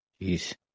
Jeez